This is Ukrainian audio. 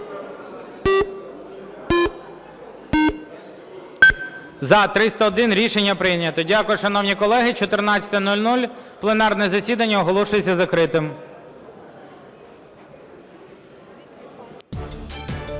За-301 Рішення прийнято. Дякую, шановні колеги. 14:00, пленарне засідання оголошується закритим.